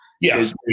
Yes